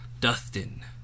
Dustin